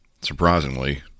Surprisingly